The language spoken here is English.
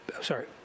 sorry